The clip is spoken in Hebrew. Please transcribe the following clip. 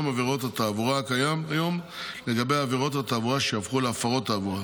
עבירות התעבורה הקיים היום לגבי עבירות התעבורה שהפכו להפרות תעבורה.